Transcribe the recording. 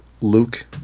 Luke